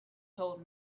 told